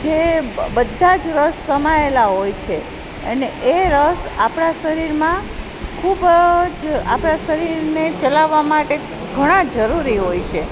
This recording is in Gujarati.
જે બધા જ રસ સમયેલા હોય છે અને એ રસ આપણાં શરીરમાં ખૂબ જ આપણાં શરીરને ચલાવવા માટે ઘણા જરૂરી હોય છે